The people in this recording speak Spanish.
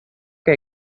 que